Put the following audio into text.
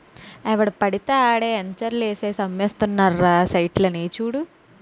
ఎవడు పెడితే ఆడే ఎంచర్లు ఏసేసి అమ్మేస్తున్నారురా సైట్లని చూడు